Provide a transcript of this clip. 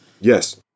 yes